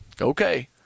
Okay